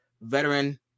veteran